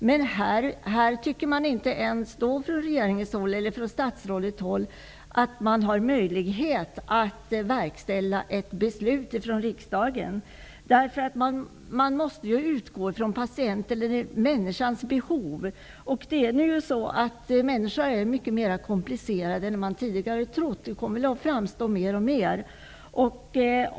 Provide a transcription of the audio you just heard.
Men här tycker inte statsrådet att det är möjligt att verkställa ett beslut fattat av riksdagen. Man måste ju utgå från människans behov. Människan är mycket mer komplicerad till sin natur än vad man tidigare har trott. Det här kommer att framgå mer och mer.